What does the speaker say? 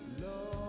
no